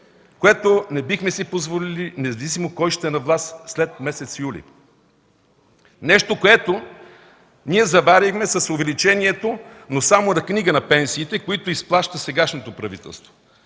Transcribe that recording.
което не бихме си позволили независимо кой ще е на власт след месец юли, нещо което ние заварихме с увеличението, но само на книга, на пенсиите, които изплаща сегашното правителство.